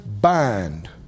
bind